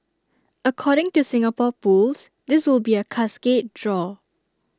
according to Singapore pools this will be A cascade draw